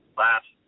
last